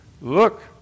look